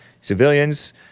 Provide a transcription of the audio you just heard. Civilians